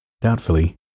Doubtfully